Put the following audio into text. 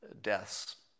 deaths